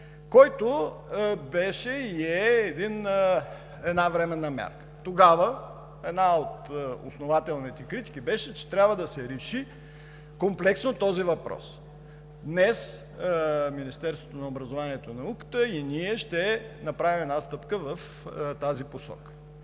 който беше и е една временна мярка. Тогава една от основателните критики беше, че трябва да се реши комплексно този въпрос. Днес Министерството на образованието и науката и ние ще направим една стъпка в тази посока.